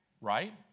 right